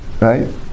right